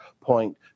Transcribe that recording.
point